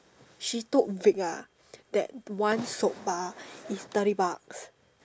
she told Vic ah that one soap bar is thirty bucks